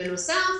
בנוסף